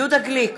יהודה גליק,